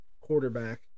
quarterback